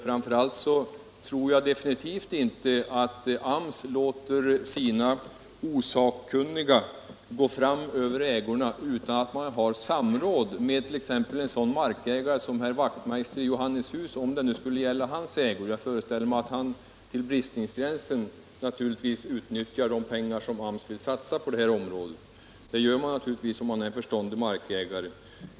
Framför allt tror jag definitivt inte att AMS låter osakkunniga gå fram över ägorna utan att man har samråd med t.ex. en sådan markägare som herr Wachtmeister, om det nu skulle gälla hans ägor. Jag föreställer mig att han till bristningsgränsen utnyttjar de pengar som AMS satsar i detta avseende. Det gör man naturligtvis om man är en förståndig markägare.